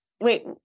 Wait